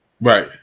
right